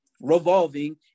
revolving